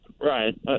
Right